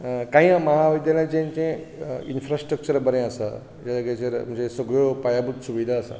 कांय महाविद्यालयांचें इन्फ्रास्ट्रक्चर बरें आसा म्हणजे सगळ्यो सुविधा आसात